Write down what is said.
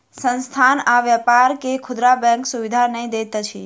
संस्थान आ व्यापार के खुदरा बैंक सुविधा नै दैत अछि